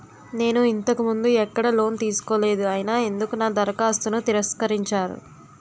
నేను ఇంతకు ముందు ఎక్కడ లోన్ తీసుకోలేదు అయినా ఎందుకు నా దరఖాస్తును తిరస్కరించారు?